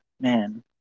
Man